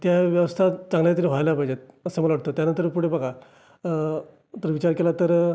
त्या व्यवस्था चांगल्या तरी व्हायला पाहिजेत असं मला वाटतं त्यानंतर पुढे बघा तर विचार केला तर